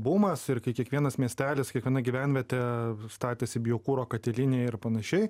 bumas ir kai kiekvienas miestelis kiekviena gyvenvietė statėsi biokuro katilinę ir panašiai